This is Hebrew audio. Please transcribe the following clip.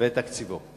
ואת תקציבו?